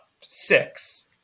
six